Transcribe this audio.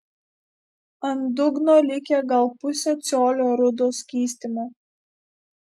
ant dugno likę gal pusė colio rudo skystimo